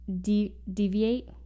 deviate